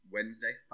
Wednesday